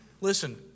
Listen